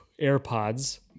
AirPods